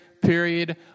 period